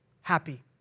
happy